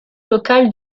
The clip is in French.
local